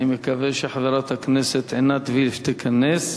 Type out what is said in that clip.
אני מקווה שחברת הכנסת עינת וילף תיכנס.